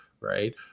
right